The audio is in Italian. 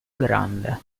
grande